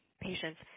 patients